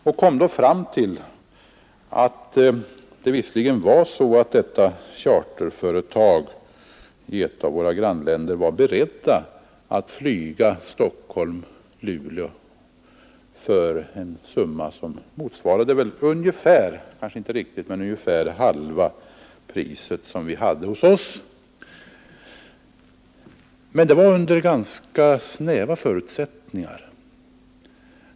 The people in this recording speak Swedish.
Jag kom då fram till att det visserligen var riktigt att detta charterföretag i ett av våra grannländer var berett att flyga Stockholm—Luleå för en summa som motsvarade ungefär hälften av det pris som gällde hos oss, men det var under ganska snäva förutsättningar.